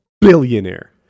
billionaire